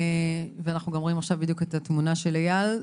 ועכשיו אנחנו גם רואים את התמונה של איל.